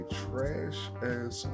trash-ass